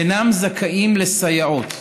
שאינם זכאים לסייעות.